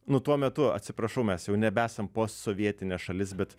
nu tuo metu atsiprašau mes jau nebesam posovietinė šalis bet